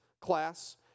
class